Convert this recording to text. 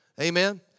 Amen